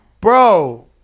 Bro